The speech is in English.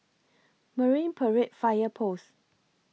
Marine Parade Fire Post